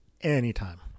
anytime